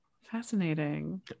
fascinating